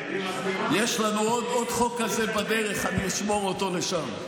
יש לנו עוד חוק כזה בדרך, אני אשמור אותו לשם.